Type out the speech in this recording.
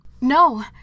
No